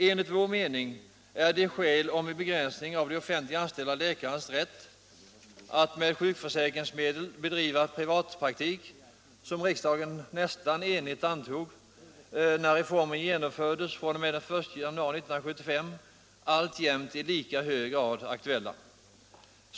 Enligt vår mening är de skäl för en begränsning av de offentliganställda läkarnas rätt att med sjukförsäkringsmedel driva privatpraktik vilka riksdagen nästan enigt stod bakom när reformen genomfördes fr.o.m. den I januari 1975 alltjämt i lika hög grad aktuella.